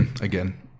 again